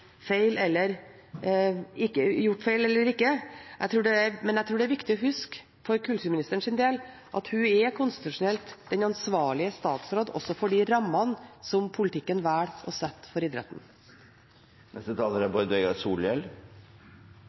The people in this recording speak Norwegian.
feil eller ikke. Men jeg tror det er viktig for kulturministeren å huske at hun er den konstitusjonelt ansvarlige statsråd også for de rammene som politikken velger å sette for idretten. Eg vil takke interpellanten for ein svært viktig interpellasjon og statsråden for eit svar som eg synest viste ei bra problemforståing. Dette er